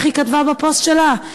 איך היא כתבה בפוסט שלה?